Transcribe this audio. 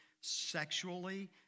sexually